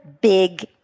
big